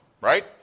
right